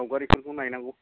सावगारिफोरखौ नायनांगौ